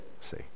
See